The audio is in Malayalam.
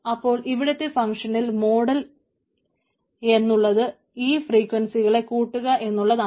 അപ്പോൾ ഇവിടത്തെ ഫംഗ്ഷണൽ മോഡൽ എന്നുള്ളത് ഈ ഫ്രീക്വൻസികളെ കൂട്ടുക എന്നുള്ളതാണ്